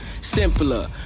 simpler